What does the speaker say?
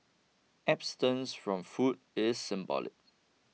abstinence from food is symbolic